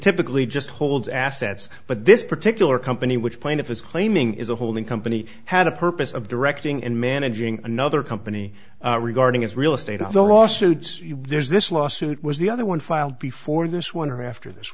typically just holds assets but this particular company which plaintiff is claiming is a holding company had a purpose of directing and managing another company regarding its real estate all the lawsuits there's this lawsuit was the other one filed before this one or after this